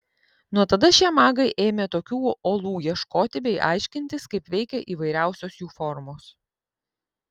nuo tada šie magai ėmė tokių olų ieškoti bei aiškintis kaip veikia įvairiausios jų formos